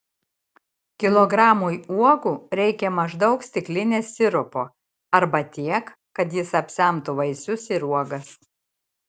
kilogramui uogų reikia maždaug stiklinės sirupo arba tiek kad jis apsemtų vaisius ir uogas